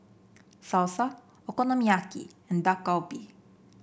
Salsa Okonomiyaki and Dak Galbi